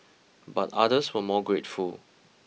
but others were more grateful